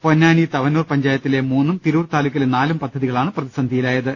പൊന്നാനി തവനൂർ പഞ്ചായത്തിലെ മൂന്നും തിരൂർ താലൂക്കിലെ നാലും പദ്ധതികളാണ് പ്രതിസന്ധിയിലായത്